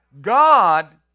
God